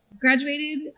Graduated